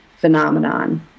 phenomenon